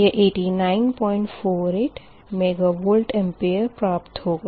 यह 8948 मेगावार प्राप्त होगा